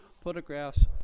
photographs